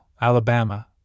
Alabama